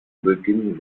beginn